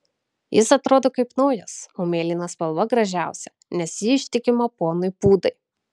jis atrodo kaip naujas o mėlyna spalva gražiausia nes ji ištikima ponui pūdai